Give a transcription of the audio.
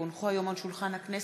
כי הונחו היום על שולחן הכנסת,